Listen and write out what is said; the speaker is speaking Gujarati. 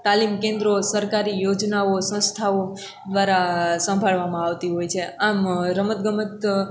તાલીમ કેન્દ્રો સરકારી યોજનાઓ સંસ્થાઓ દ્વારા સંભાળવામાં આવતી હોય છે આમ રમતગમત